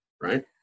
right